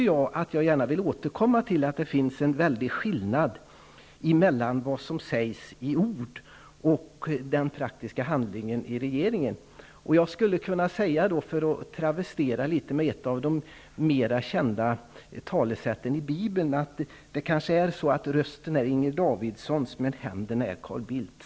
Jag vill gärna återkomma till att det finns en stor skillnad mellan vad som sägs i ord och den praktiska handlingen i regeringen. Jag skulle kunna travestera ett av de mera kända talesätten i Bibeln och säga att rösten kanske är Inger Davidsons, men händerna är Carl Bildts.